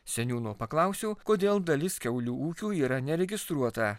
seniūno paklausiau kodėl dalis kiaulių ūkių yra neregistruota